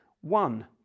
one